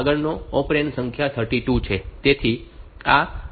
તેથી આગળનો ઓપરેન્ડ સંખ્યા 32 છે